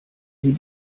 sie